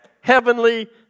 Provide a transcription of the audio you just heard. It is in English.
heavenly